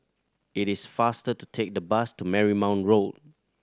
it is faster to take the bus to Marymount Road